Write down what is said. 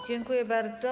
Dziękuję bardzo.